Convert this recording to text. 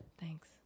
Thanks